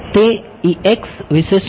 તે વિષે શું